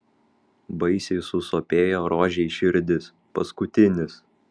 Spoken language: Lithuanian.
baisiai susopėjo rožei širdis paskutinis